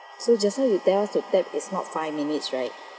so just now you tell us to tap it's not five minutes right